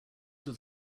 was